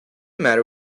matter